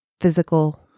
physical